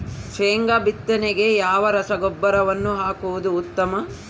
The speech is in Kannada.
ಶೇಂಗಾ ಬಿತ್ತನೆಗೆ ಯಾವ ರಸಗೊಬ್ಬರವನ್ನು ಹಾಕುವುದು ಉತ್ತಮ?